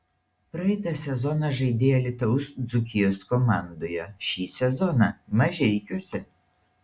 praeitą sezoną žaidei alytaus dzūkijos komandoje šį sezoną mažeikiuose